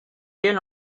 quel